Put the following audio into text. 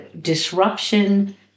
disruption